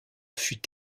fut